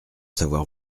savoir